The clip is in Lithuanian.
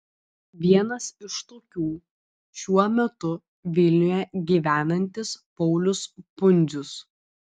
vienas iš tokių šiuo metu vilniuje gyvenantis paulius pundzius